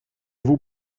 vous